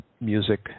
music